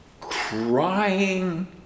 crying